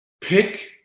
pick